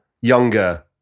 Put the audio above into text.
younger